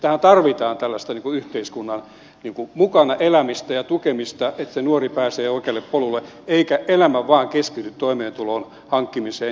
tähän tarvitaan tällaista yhteiskunnan mukanaelämistä ja tukemista niin että se nuori pääsee oikealle polulle eikä elämä vain keskity toimeentulon hankkimiseen